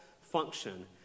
function